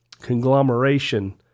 conglomeration—